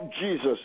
jesus